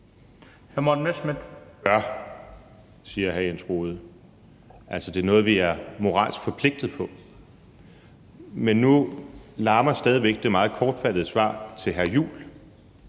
siger hr. Jens Rohde. Det er altså noget, vi er moralsk forpligtet på. Men nu larmer stadig væk det meget kortfattede svar til hr.